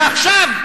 ועכשיו,